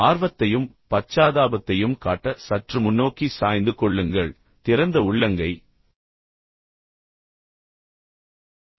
ஆர்வத்தையும் பச்சாதாபத்தையும் காட்ட சற்று முன்னோக்கி சாய்ந்து கொள்ளுங்கள் திறந்த உள்ளங்கை சைகைகளைப் பயன்படுத்துங்கள் அதை உங்கள் பாக்கெட்டுக்குள் வைக்க வேண்டாம் பின்புறத்தில் வைக்க வேண்டாம்